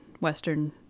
Western